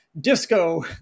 disco